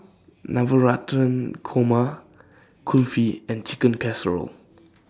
Navratan Korma Kulfi and Chicken Casserole